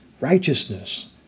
righteousness